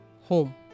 home